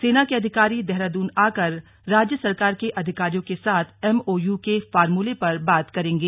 सेना के अधिकारी देहरादून आकर राज्य सरकार के अधिकारियों के साथ एम ओ यू के फॉर्मूले पर बात करेंगे